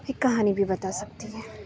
اک کہانی بھی بتا سکتی ہیں